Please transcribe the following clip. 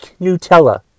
Nutella